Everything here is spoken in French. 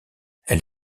elle